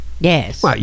Yes